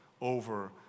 over